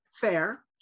Fair